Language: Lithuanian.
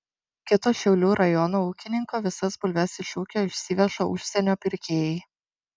kito šiaulių rajono ūkininko visas bulves iš ūkio išsiveža užsienio pirkėjai